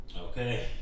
Okay